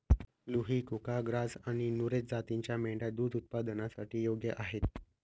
लुही, कुका, ग्राझ आणि नुरेझ जातींच्या मेंढ्या दूध उत्पादनासाठी योग्य आहेत